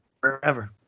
forever